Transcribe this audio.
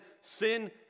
sin